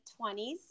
20s